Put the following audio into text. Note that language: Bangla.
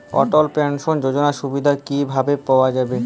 অটল পেনশন যোজনার সুবিধা কি ভাবে পাওয়া যাবে?